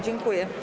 Dziękuję.